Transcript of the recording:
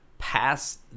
Past